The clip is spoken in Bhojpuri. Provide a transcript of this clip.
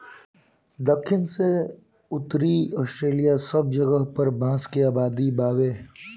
दखिन से उत्तरी ऑस्ट्रेलिआ सब जगह पर बांस के आबादी बावे